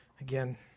Again